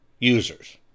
users